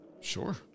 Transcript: Sure